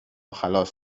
خلاص